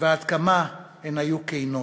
ועד כמה הן היו כנות.